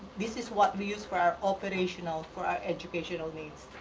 this is what we use for our operational for our educational needs.